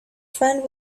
friend